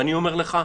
ואני אומר לך,